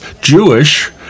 Jewish